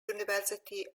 university